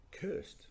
Cursed